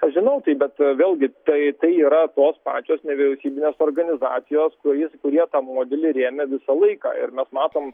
aš žinau tai bet vėlgi tai tai yra tos pačios nevyriausybinės organizacijos kuris kurie tą modelį rėmė visą laiką ir mes matom